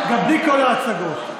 בושה